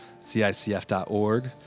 CICF.org